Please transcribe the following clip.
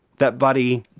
that buddy,